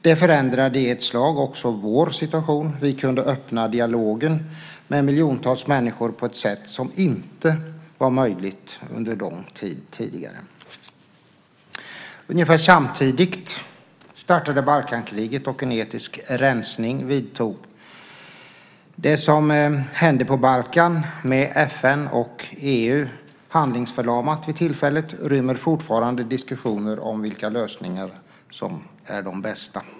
Det förändrade i ett slag också vår situation. Vi kunde öppna dialogen med miljontals människor på ett sätt som under lång tid tidigare inte varit möjligt. Ungefär samtidigt startade Balkankriget, och en etnisk rensning vidtog. Det som hände på Balkan, med FN och EU handlingsförlamade vid tillfället, rymmer fortfarande diskussioner om vilka lösningar som är de bästa.